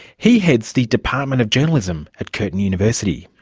he heads the department of journalism at curtin university.